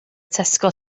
tesco